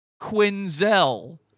Quinzel